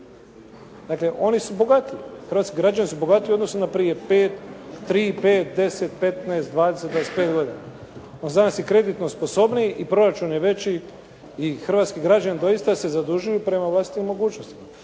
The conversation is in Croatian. Dakle oni su bogatiji. Hrvatski građani su bogatiji u odnosu na prije 5, 3, 5, 10, 15, 20, 25 godina. … /Govornik se ne razumije./ … kreditno sposobniji i proračun je veći i hrvatski građani doista se zadužuju prema vlastitim mogućnostima.